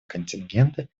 контингенты